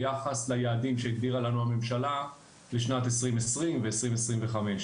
ביחס ליעדים שהגדירה לנו הממשלה בשנת 2020 ו-2025.